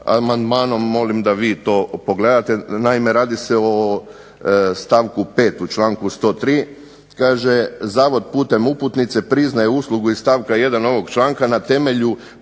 amandmanom molim da vi to pogledate. Naime, radi se o stavku 5. članku 103. kaže: "Zavod putem uputnice priznaje uslugu iz stavka 1. ovog članka na temelju